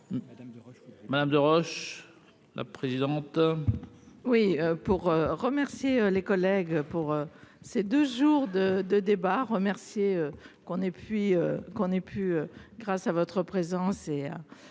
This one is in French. Madame de roche la présidente. Oui, pour remercier les collègues pour ces 2 jours de débats remercier qu'on ait puis qu'on ait pu grâce à votre présence